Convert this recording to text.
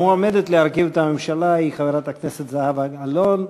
המועמדת להרכיב את הממשלה היא חברת הכנסת זהבה גלאון,